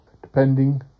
depending